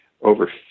over